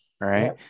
right